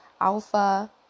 Alpha